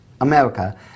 America